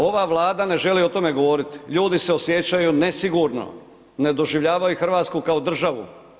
Ova Vlada ne želi o tome govoriti, ljudi se osjećaju nesigurno, ne doživljavaju Hrvatsku kao državu.